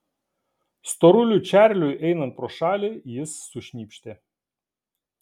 storuliui čarliui einant pro šalį jis sušnypštė